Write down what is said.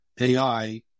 AI